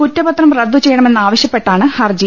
കുറ്റപത്രം റദ്ദു ചെയ്യണമെന്ന് ആവശ്യപ്പെട്ടാണ് ഹർജി